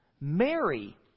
Mary